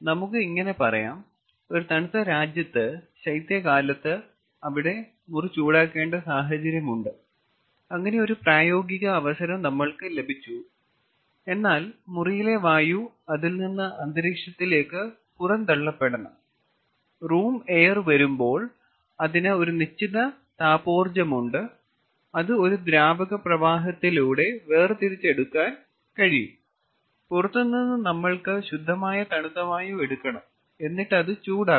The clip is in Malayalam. നമുക്ക് ഇങ്ങനെ പറയാം ഒരു തണുത്ത രാജ്യത്ത് ശൈത്യകാലത്ത് അവിടെ മുറി ചൂടാക്കേണ്ട സാഹചര്യമുണ്ട് അങ്ങനെ ഒരു പ്രായോഗിക അവസരം നമ്മൾക്ക് ലഭിച്ചു എന്നാൽ മുറിയിലെ വായു അതിൽ നിന്ന് അന്തരീക്ഷത്തിലേക്ക് പുറന്തള്ളപ്പെടണം റൂം എയർ വരുമ്പോൾ അതിന് ഒരു നിശ്ചിത താപോർജ്ജമുണ്ട് അത് ഒരു ദ്രാവക പ്രവാഹത്തിലൂടെ വേർതിരിച്ചെടുക്കാൻ കഴിയും പുറത്തുനിന്നും നമ്മൾക്ക് ശുദ്ധമായ തണുത്ത വായു എടുക്കണം എന്നിട്ട് അത് ചൂടാക്കണം